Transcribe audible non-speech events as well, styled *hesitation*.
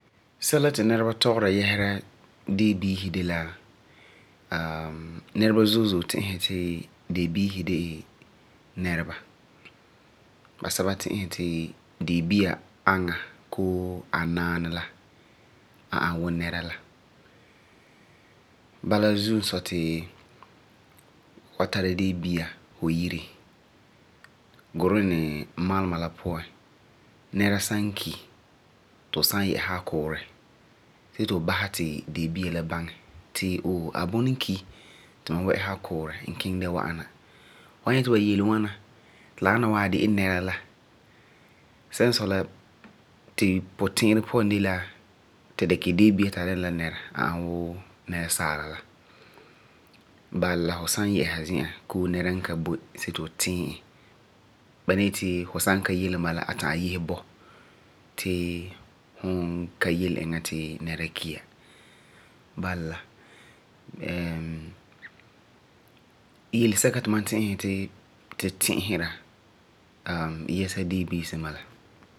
Sɛla ti nɛreba tɔgera yesera deebiisi de la, *hesitation* nɛreba zo’e ti'isi ti deebiisi de la nɛreba. Nɛreba zo’e zo’e ti'isi ti deebia de la nɛreba Basɛba ni yeti deebia la naanɛ ani wuu nɛra la. Ba la zuo sɔi ti fu san tara deebia yire. Gurenɛ malema la puan fu san tara deebia fu yire puan gee ti nɛra san ki, la mi nara ti fu basɛ ti deebia la baŋɛ ti nɛra n ki tiŋa la puan. Bala fu san yɛ'ɛsa kuurɛ bii zi’an, la nari ti fu mi yele deebia to a baŋɛ ti ooh a bunɔ n ki ti mam yɛ'ɛ'sa a kuurɛ, n kiŋɛ gee wa'ana. Bani yeti fu san ka yele e bala a wan ta'am yese bɔi ti fu ka yele e ri nɛra ki ya. Bala la, *hesitation* yɛle sɛka ti ba ti'isera yɛsa deebiisi n bala.